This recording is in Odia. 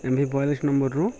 ଏମ୍ ଭି ବୟାଳିଶି ନମ୍ବର୍ରୁ